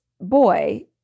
boy